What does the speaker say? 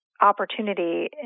opportunity